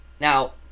now